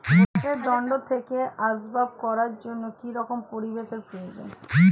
পাটের দণ্ড থেকে আসবাব করার জন্য কি রকম পরিবেশ এর প্রয়োজন?